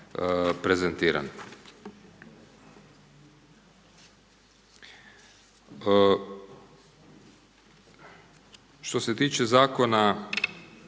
Što se tiče uvjeta